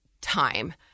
time